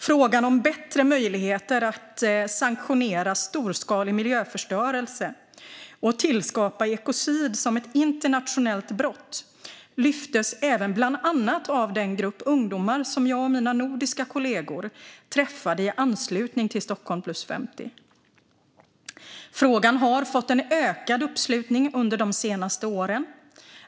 Frågan om bättre möjligheter att införa sanktioner mot storskalig miljöförstörelse och att tillskapa ekocid som ett internationellt brott lyftes även bland annat av den grupp ungdomar som jag och mina nordiska kollegor träffade i anslutning till Stockholm + 50. Frågan har fått en ökad uppslutning under de senaste åren.